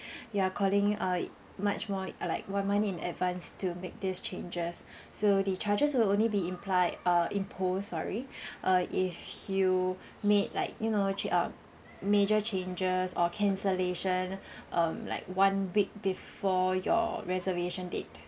you're calling early much more uh like one month in advance to make these changes so the charges will only be implied uh impose sorry uh if you make like you know chan~ major changes or cancellation um like one week before your reservation date